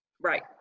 Right